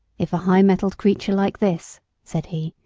if a high-mettled creature like this said he,